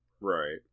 Right